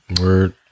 Word